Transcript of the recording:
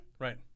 Right